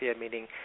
meaning